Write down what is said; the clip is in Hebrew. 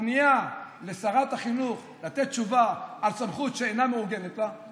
הפנייה לשרת החינוך לתת תשובה על סמכות שאינה מעוגנת לה,